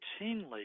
routinely